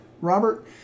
Robert